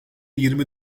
yirmi